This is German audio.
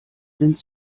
sind